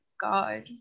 God